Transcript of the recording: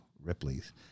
Ripley's